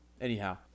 Anyhow